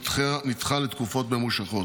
נדחה לתקופות ממושכות.